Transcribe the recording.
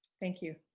thank you.